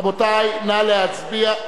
רבותי, נא להצביע.